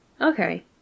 Okay